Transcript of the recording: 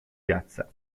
piazza